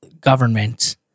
government